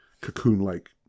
cocoon-like